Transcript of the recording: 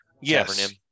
Yes